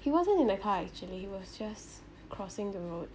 he wasn't in the car actually he was just crossing the road